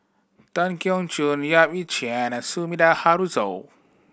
Tan Keong Choon Yap Ee Chian and Sumida Haruzo